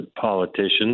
politicians